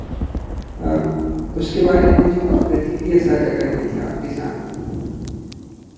अब उसके बारे में मुझे कुछ प्रतिक्रिया साझा करनी थी आपके साथ